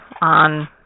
on